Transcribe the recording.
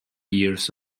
years